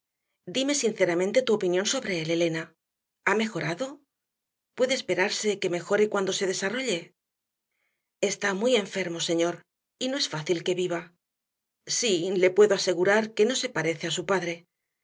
dime sinceramente tu opinión sobre él elena ha mejorado puede esperarse que mejore cuando se desarrolle está muy enfermo señor y no es fácil que viva sí le puedo asegurar que no se parece a su padre